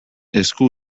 esku